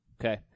Okay